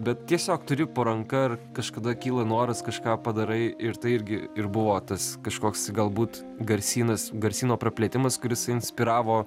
bet tiesiog turi po ranka ir kažkada kyla noras kažką padarai ir tai irgi ir buvo tas kažkoks galbūt garsynas garsyno praplėtimas kuris inspiravo